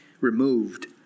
removed